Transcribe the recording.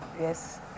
Yes